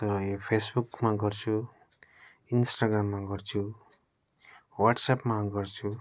र यो फेसबुकमा गर्छु इन्स्टाग्राममा गर्छु वाट्सएपमा गर्छु